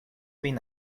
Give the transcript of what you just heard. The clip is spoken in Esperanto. vin